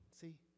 see